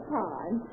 time